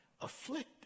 afflicted